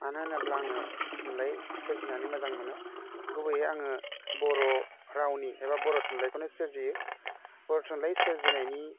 मानो होनोब्ला आङो थुनलाइ सोरजिनानै मोजां मोनो गुबैयै आङो बर' रावनि एबा बर' थुनलाइखौनो सोरजियो बर' थुनलाइ सोरजिनायनि